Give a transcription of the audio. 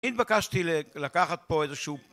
התבקשתי לקחת פה איזשהו